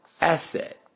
Asset